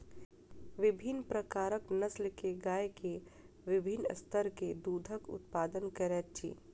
विभिन्न प्रकारक नस्ल के गाय के विभिन्न स्तर के दूधक उत्पादन करैत अछि